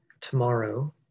tomorrow